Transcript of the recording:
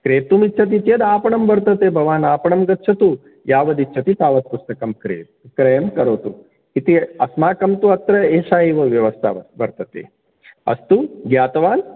क्रेतुमिच्छति चेत् आपणं वर्तते भवान् आपणं गच्छतु यावदिच्छति तावद्पुस्तकं क्रयतु क्रयं करोतु इति अस्माकं तु अत्र एषा एव व्यवस्था वर् वर्तते अस्तु ज्ञातवान्